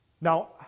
Now